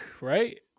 right